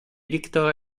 victor